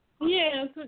Yes